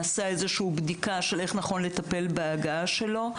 נעשתה איזה בדיקה איך נכון לטפל בהגעה שלו.